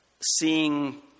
seeing